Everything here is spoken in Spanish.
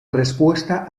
respuesta